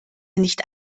nicht